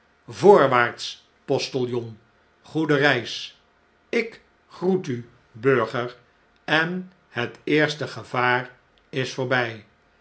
voorwaarts postiljon goede reis ik groet u burger i en het eerste gevaar is voorbjj